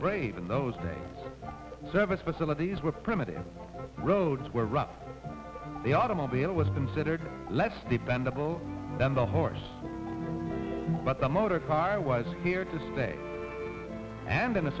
brave in those days service facilities were primitive roads were rough the automobile was considered less dependable than the horse but the motor car was here to stay and in a